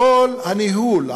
כל הניהול,